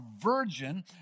virgin